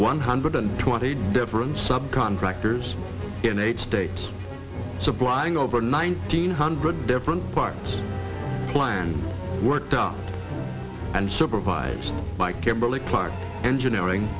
one hundred and twenty different sub contractors in eight states supplying over nineteen hundred different parts plan worked out and supervised by kimberly clark engineering